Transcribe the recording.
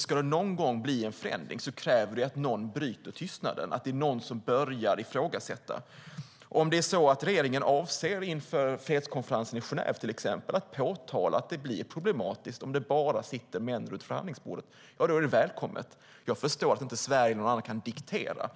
Ska det någon gång blir en förändring krävs det ju att någon bryter tystnaden, att någon börjar ifrågasätta. Om regeringen inför till exempel fredskonferensen i Genève avser att påtala att det blir problematiskt om det sitter bara män runt förhandlingsbordet är det välkommet. Jag förstår att inte Sverige eller någon annan kan diktera det.